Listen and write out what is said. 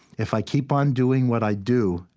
if i keep on doing what i do,